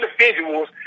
individuals